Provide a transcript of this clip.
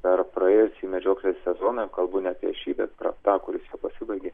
per praėjusį medžioklės sezoną kalbu ne apie bet apie tą kuris pasibaigė